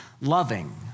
loving